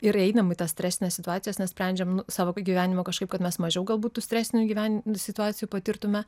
ir einam į stresines situacijas nes sprendžiam nu savo gyvenimo kažkaip kad mes mažiau galbūt tų stresinių gyvenimo situacijų patirtume